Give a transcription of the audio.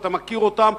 אתה מכיר אותם,